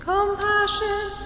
Compassion